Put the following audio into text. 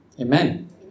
Amen